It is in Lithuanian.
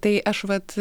tai aš vat